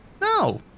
No